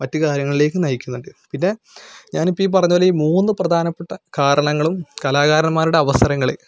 മറ്റ് കാര്യങ്ങളിലേക്ക് നയിക്കുന്നുണ്ട് പിന്നെ ഞാനിപ്പോൾ ഈ പറഞ്ഞത് പോലെ ഈ മൂന്ന് പ്രധാനപ്പെട്ട കാരണങ്ങളും കലാകാരന്മാരുടെ അവസരങ്ങളെ